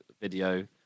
video